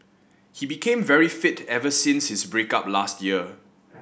he became very fit ever since his break up last year